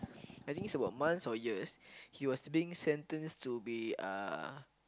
I think it's about months or years he was being sentenced to be a